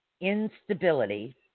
instability